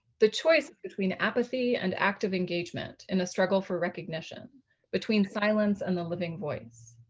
the choice between apathy and active engagement in a struggle for recognition between silence and the living voice.